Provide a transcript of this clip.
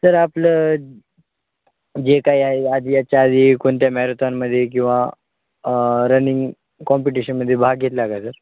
sir आपलं जे काही आहे आधी याच्या आधी कोणत्या मॅरेथॉनमध्ये किंवा रनिंग कॉम्पिटिशनमध्ये भाग घेतला का सर